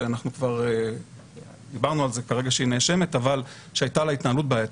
שכבר דיברנו על כך כרגע שהיא נאשמת אבל שהייתה לה התנהלות בעייתית,